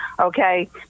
okay